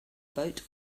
boat